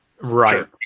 Right